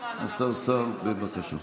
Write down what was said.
השר סער, בבקשה.